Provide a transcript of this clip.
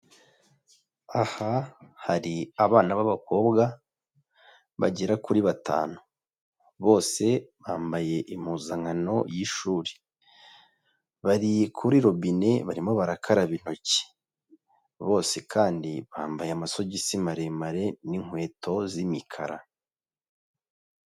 Aha hari abana b'abakobwa bagera kuri batanu, bose bambaye impuzankano y'ishuri, bari kuri robine, barimo barakaraba intoki, bose kandi bambaye amasogisi maremare n'inkweto z'imikara.